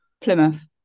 Plymouth